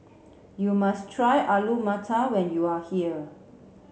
you must try Alu Matar when you are here